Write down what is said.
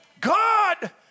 God